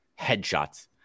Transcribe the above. headshots